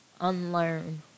unlearn